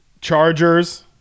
chargers